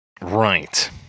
Right